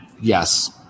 Yes